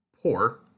poor